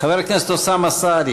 חבר הכנסת אוסאמה סעדי